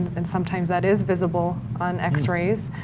and sometimes that is visible on x-rays.